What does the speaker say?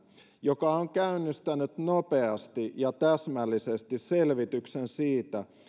joka on käynnistänyt nopeasti ja täsmällisesti selvityksen siitä